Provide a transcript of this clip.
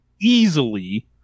easily